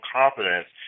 confidence